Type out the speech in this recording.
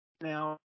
now